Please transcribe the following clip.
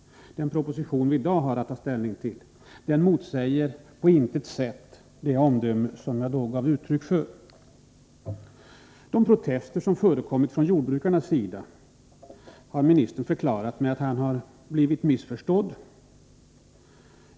Den proposition vi i dag har att ta ställning till motsäger på intet sätt det omdöme som jag då gav uttryck åt. De protester som förekommit från jordbrukarnas sida har jordbruksministern förklarat med att han har blivit missförstådd.